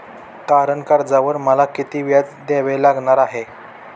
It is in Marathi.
तारण कर्जावर मला किती व्याज द्यावे लागणार आहे?